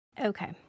Okay